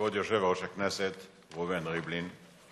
כבוד יושב-ראש הכנסת ראובן ריבלין,